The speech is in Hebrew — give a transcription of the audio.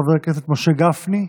חבר הכנסת משה גפני,